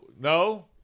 no